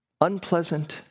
unpleasant